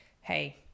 hey